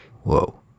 whoa